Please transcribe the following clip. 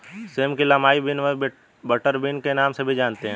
same को Lima bean व butter bean के नाम से भी जानते हैं